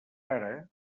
ara